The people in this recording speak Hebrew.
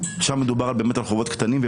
שם מדובר על חובות קטנים,